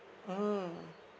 mmhmm